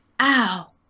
Ow